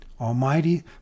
Almighty